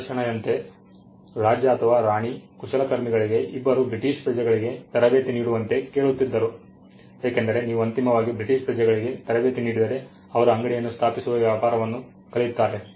ನಿದರ್ಶನೆಯಂತೆ ರಾಜ ಅಥವಾ ರಾಣಿ ಕುಶಲಕರ್ಮಿಗಳಿಗೆ ಇಬ್ಬರು ಬ್ರಿಟಿಷ್ ಪ್ರಜೆಗಳಿಗೆ ತರಬೇತಿ ನೀಡುವಂತೆ ಕೇಳುತ್ತಿದ್ದರು ಏಕೆಂದರೆ ನೀವು ಅಂತಿಮವಾಗಿ ಬ್ರಿಟಿಷ್ ಪ್ರಜೆಗಳಿಗೆ ತರಬೇತಿ ನೀಡಿದರೆ ಅವರು ಅಂಗಡಿಯನ್ನು ಸ್ಥಾಪಿಸುವ ವ್ಯಾಪಾರವನ್ನು ಕಲಿಯುತ್ತಾರೆ